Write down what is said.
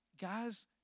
Guys